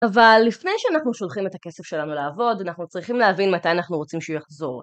אבל לפני שאנחנו שולחים את הכסף שלנו לעבוד, אנחנו צריכים להבין מתי אנחנו רוצים שהוא יחזור.